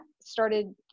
started